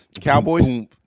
Cowboys